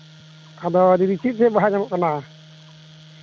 ᱟᱫᱚ ᱫᱤᱫᱤ ᱪᱮᱫ ᱪᱮᱫ ᱵᱟᱦᱟ ᱧᱟᱢᱚᱜ ᱠᱟᱱᱟ